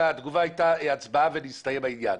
התגובה הייתה הצבעה והסתיים העניין.